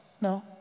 No